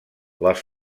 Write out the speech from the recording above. les